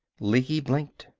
lecky blinked.